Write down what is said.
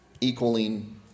equaling